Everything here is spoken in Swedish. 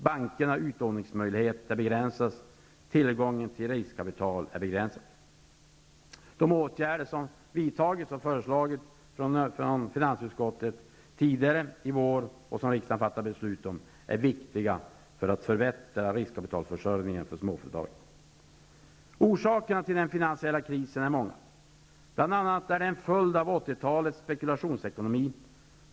Bankernas utlåningsmöjligheter begränsas, liksom tillgången till riskkapital. De åtgärder som finansutskottet föreslog tidigare i vår och som riksdagen har fattat beslut om är viktiga för att förbättra riskkapitalförsörjningen för småföretag. Orsakerna till den finansiella krisen är många. Bl.a. är det en följd av 80-talets spekulationsekonomi.